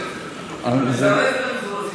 תזרז את המזורזים.